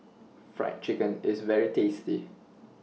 Fried Chicken IS very tasty